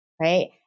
right